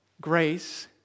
grace